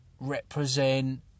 represent